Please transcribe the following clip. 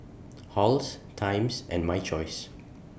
Halls Times and My Choice